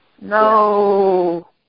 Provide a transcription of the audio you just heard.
No